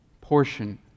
Portion